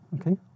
Okay